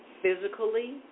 Physically